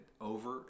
over